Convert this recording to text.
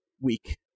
week